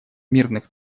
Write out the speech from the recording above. мирных